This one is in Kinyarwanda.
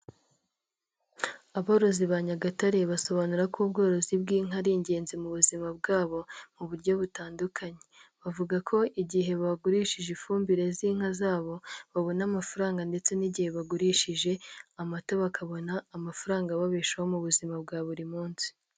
Aborozi ba Nyagatare basobanura ko ubworozi bw'inka ari ingenzi mu buzima bwabo mu buryo butandukanye, bavuga ko igihe bagurishije ifumbire z'inka zabo babona amafaranga ndetse n'igihe bagurishije amata bakabona amafaranga ababeshaho mu buzima bwa buri munsi.